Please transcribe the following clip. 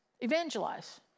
evangelize